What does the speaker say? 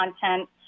content